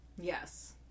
yes